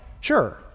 Sure